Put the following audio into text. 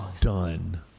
done